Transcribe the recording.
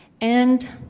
and